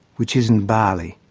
which isn't bali.